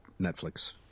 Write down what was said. Netflix